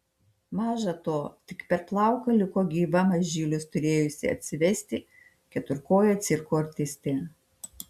maža to tik per plauką liko gyva mažylius turėjusi atsivesti keturkojė cirko artistė